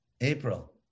April